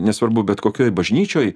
nesvarbu bet kokioj bažnyčioj